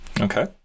Okay